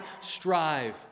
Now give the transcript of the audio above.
strive